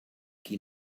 qui